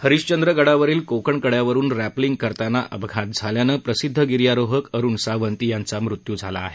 हरिशंद्रगडावरील कोकण कझ्यावरून रॅपलिंग करताना अपघात झाल्यानं प्रसिद्ध गिर्यारोहक अरूण सावंत यांचा मृत्यू झाला आहे